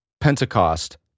Pentecost